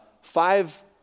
five